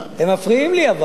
הם מפריעים לי, אבל.